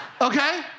okay